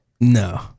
no